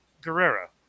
Guerrero